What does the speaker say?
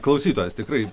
klausytojas tikrai